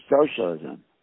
socialism